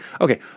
Okay